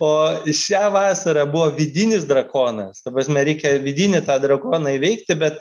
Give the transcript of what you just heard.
o šią vasarą buvo vidinis drakonas ta prasme reikia vidinį tą drakoną įveikti bet